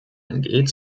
angeht